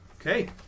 Okay